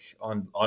on